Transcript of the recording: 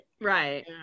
right